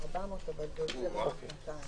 הצבעה לא נתקבלה.